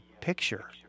picture